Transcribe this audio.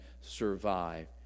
survive